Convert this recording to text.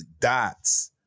dots